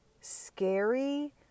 scary